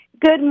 Good